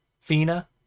Fina